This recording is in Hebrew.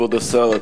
כבוד השר,